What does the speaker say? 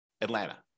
Atlanta